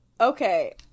Okay